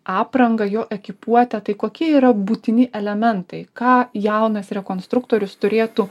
aprangą jo ekipuotę tai kokie yra būtini elementai ką jaunas rekonstruktorius turėtų